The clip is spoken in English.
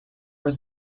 was